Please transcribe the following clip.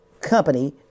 company